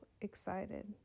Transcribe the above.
excited